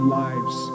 lives